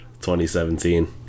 2017